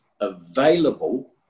available